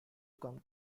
come